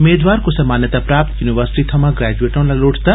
मेदवार कुसै मान्यता प्राप्त यूनिवर्सिटी थमां ग्रेजुएट होना लोड़चदा